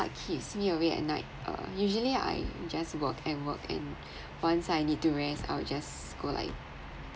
what keeps me awake at night uh usually I just work and work and once I need to rest I'll just go like